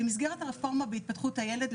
במסגרת הרפורמה בהתפתחות הילד,